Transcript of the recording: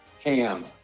Ham